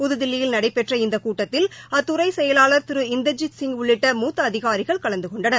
புதுதில்லியில் நடைபெற்ற இந்த கூட்டத்தில் அத்துறை செயலாளர் திரு இந்தர்ஜித் சிங் உள்ளிட்ட மூத்த அதிகாரிகள் கலந்து கொண்டனர்